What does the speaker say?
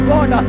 God